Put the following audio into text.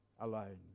alone